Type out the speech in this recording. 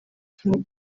kimwe